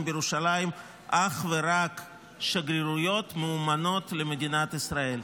בירושלים אך ורק שגרירויות מאומנות למדינת ישראל.